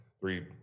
Three